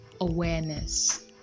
awareness